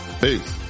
Peace